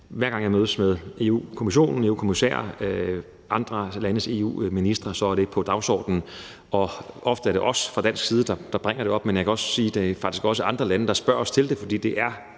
hver gang jeg mødes med EU-kommissærer og andre landes EU-ministre, er det ikke på dagsordenen, og ofte er det os fra dansk side, der bringer det op, men jeg kan også sige, at andre lande faktisk også spørger os til det. For det er